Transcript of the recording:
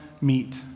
meet